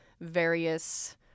various